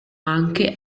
anche